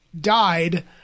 died